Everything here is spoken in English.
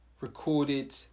recorded